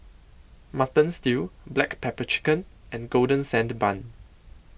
Mutton Stew Black Pepper Chicken and Golden Sand Bun